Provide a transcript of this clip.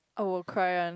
I won't cry one